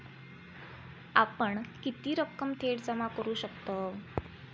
आपण किती रक्कम थेट जमा करू शकतव?